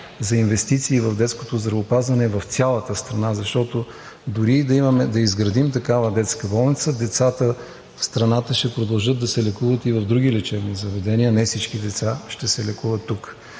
за инвестиции в детското здравеопазване в цялата страна, защото дори и да изградим такава детска болница, децата в страната ще продължат да се лекуват и в други лечебни заведения. Не всички деца ще се лекуват тук.